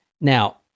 Now